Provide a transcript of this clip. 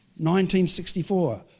1964